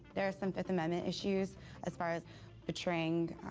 there are some fifth amendment issues as far as betraying,